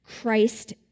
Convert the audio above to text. Christ